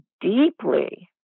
deeply